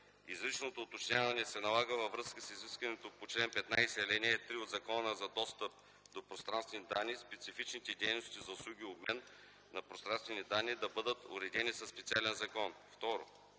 Изричното уточняване се налага във връзка с изискването по чл. 15, ал. 3 от Закона за достъп до пространствени данни специфичните дейности за услуги и обмен на пространствени данни да бъдат уредени със специален закон. 2.